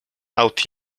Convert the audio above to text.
out